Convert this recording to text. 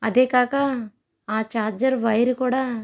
అదే కాక ఆ ఛార్జర్ వైర్ కూడా